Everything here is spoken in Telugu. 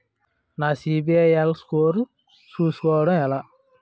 నా సిబిఐఎల్ స్కోర్ చుస్కోవడం ఎలా?